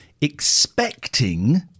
expecting